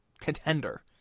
contender